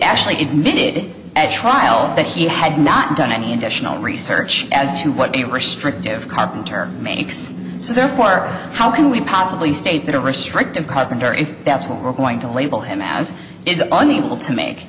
actually admitted at trial that he had not done any additional research as to what a restrictive carpenter makes so therefore how can we possibly state that a restrictive carpenter if that's what we're going to label him as is an evil to make